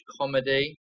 Comedy